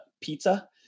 pizza